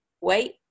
wait